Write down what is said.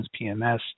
PMS